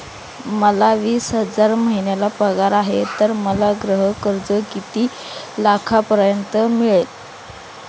मला वीस हजार महिना पगार आहे तर मला गृह कर्ज किती लाखांपर्यंत मिळेल?